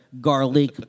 garlic